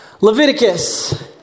Leviticus